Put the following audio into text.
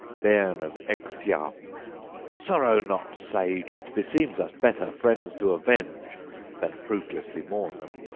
bairn of ecgtheow sorrow not, sage! it beseems us better friends to avenge than fruitlessly mourn them.